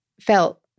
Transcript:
felt